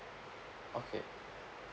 okay